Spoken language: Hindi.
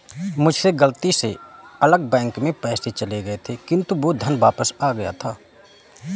मुझसे गलती से अलग कंपनी में पैसे चले गए थे किन्तु वो धन वापिस आ गया था